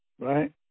right